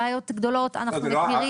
בעיות גדולות שאנחנו מכירים.